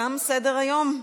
תם סדר-היום.